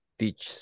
teach